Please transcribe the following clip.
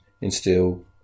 instill